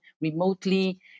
remotely